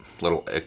little